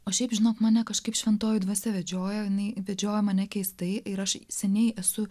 o šiaip žinok mane kažkaip šventoji dvasia vedžiojo jinai vedžiojo mane keistai ir aš seniai esu